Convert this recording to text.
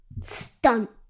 stunt